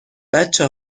بچه